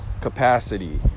capacity